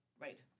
Right